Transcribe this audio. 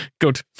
good